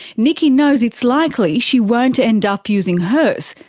nikki knows it's likely she won't end up using hers,